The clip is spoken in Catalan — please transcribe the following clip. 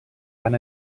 van